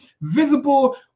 visible